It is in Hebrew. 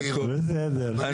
בסדר.